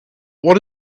what